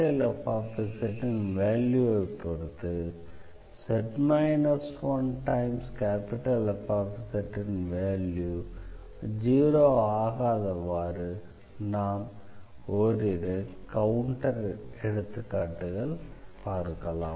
Fன் வேல்யூவை பொறுத்து z 1Fzன் வேல்யூ ஜீரோ ஆகாதவாறு நாம் ஓரிரு கவுண்ட்டர் எடுத்துக்காட்டுகள் பார்க்கலாம்